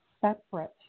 separate